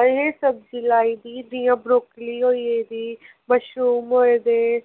असें सब्ज़ी लाई दी जियां ब्रोकली होई गेदी मशरूम होए दे